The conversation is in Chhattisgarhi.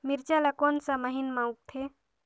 मिरचा ला कोन सा महीन मां उगथे?